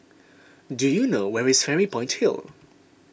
do you know where is Fairy Point Hill